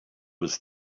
was